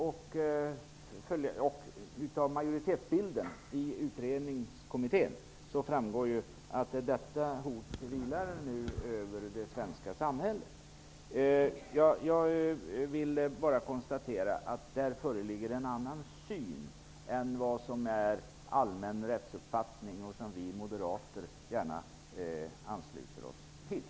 Det framgår av majoritetens bild i utredningskommittén att detta hot vilar över det svenska samhället. Jag vill konstatera att här föreligger ett annat synsätt än det som är den allmänna rättsuppfattningen och som vi moderater gärna ansluter oss till.